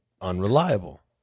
unreliable